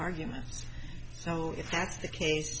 argument so if that's the case